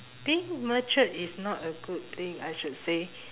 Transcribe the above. being matured is not a good thing I should say